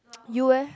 you eh